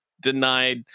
denied